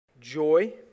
joy